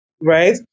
right